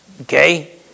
Okay